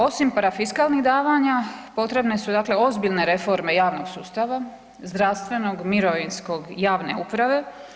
Osim parafiskalnih davanja, potrebne su dakle ozbiljne reforme javnog sustava, zdravstvenog, mirovinskog i javne uprave.